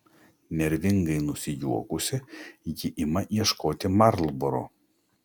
nervingai nusijuokusi ji ima ieškoti marlboro